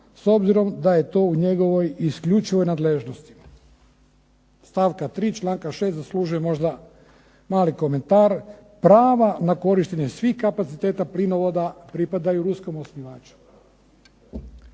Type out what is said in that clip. s obzirom da je to u njegovoj isključivoj nadležnosti. Stavka 3. članka 6. zaslužuje možda mali komentar. Prava na korištenje svih kapaciteta plinovoda pripadaju ruskom osnivaču